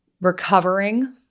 recovering